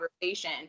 conversation